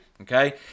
Okay